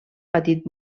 patit